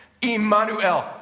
Immanuel